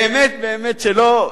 באמת באמת שלא.